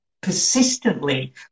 persistently